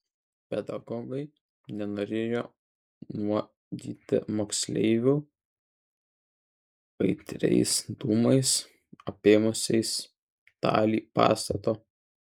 pedagogai nenorėjo nuodyti moksleivių aitriais dūmais apėmusiais dalį pastato